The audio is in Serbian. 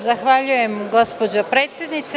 Zahvaljujem gospođo predsednice.